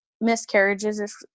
miscarriages